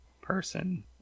person